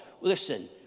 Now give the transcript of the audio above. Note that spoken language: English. listen